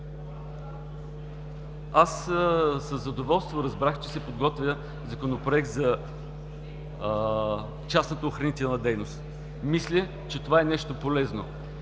Аз със задоволство разбрах, че се подготвя Законопроект за частната охранителна дейност. Мисля, че това е нещо полезно